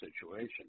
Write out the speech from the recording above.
situation